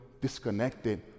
disconnected